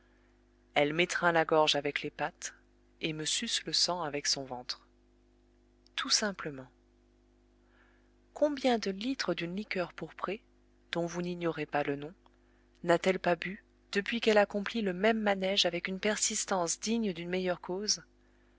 elle m'étreint la gorge avec les pattes et me suce le sang avec son ventre tout simplement combien de litres d'une liqueur pourprée dont vous n'ignorez pas le nom n'a-t-elle pas bus depuis qu'elle accomplit le même manège avec une persistance digne d'une meilleure cause